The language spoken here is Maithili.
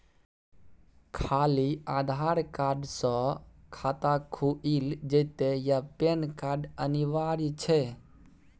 खाली आधार कार्ड स खाता खुईल जेतै या पेन कार्ड अनिवार्य छै?